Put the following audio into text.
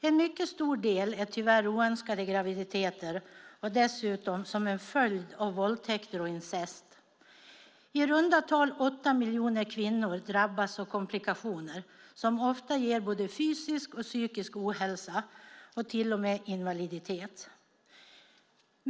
En mycket stor del är tyvärr oönskade graviditeter och dessutom en följd av våldtäkter och incest. I runda tal 8 miljoner kvinnor drabbas av komplikationer, som ofta ger både fysisk och psykisk ohälsa och till och med invaliditet.